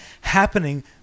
happening